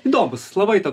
įdomus labai toks